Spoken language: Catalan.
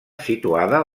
situada